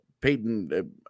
Peyton